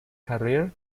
career